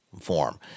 form